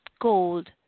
gold